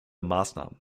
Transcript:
maßnahmen